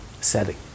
setting